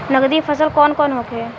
नकदी फसल कौन कौनहोखे?